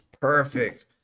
Perfect